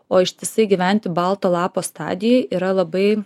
o ištisai gyventi balto lapo stadijoj yra labai